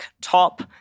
top